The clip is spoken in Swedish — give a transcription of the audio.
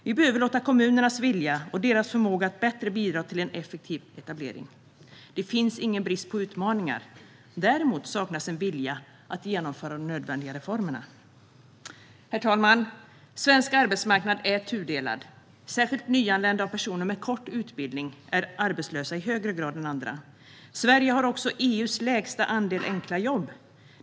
Vi behöver ta vara på kommunernas vilja och förmåga att bidra till en effektiv etablering. Det finns ingen brist på utmaningar. Däremot saknas en vilja att genomföra de nödvändiga reformerna. Herr talman! Svensk arbetsmarknad är tudelad. Särskilt nyanlända och personer med kort utbildning är arbetslösa i högre grad än andra. Sverige har också EU:s lägsta andel enkla jobb.